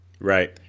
Right